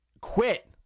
quit